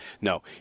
No